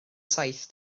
saith